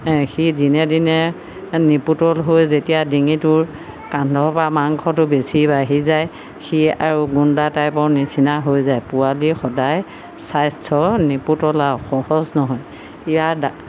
সি দিনে দিনে নিপোটল হৈ যেতিয়া ডিঙিটোৰ কান্ধৰপৰা মাংসটো বেছি বাঢ়ি যায় সি আৰু গুণ্ডা টাইপৰ নিচিনা হৈ যায় পোৱালি সদায় স্বাস্থ্য নিপোটল আৰু সহজ নহয় ইয়াৰ